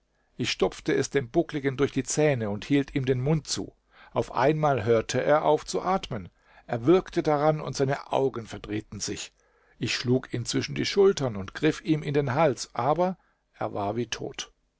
ich stopfte es dem buckligen durch die zähne und hielt ihm den mund zu auf einmal hörte er auf zu atmen er würgte daran und seine augen verdrehten sich ich schlug ihn zwischen die schultern und griff ihm in den hals aber er war tot